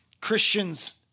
Christians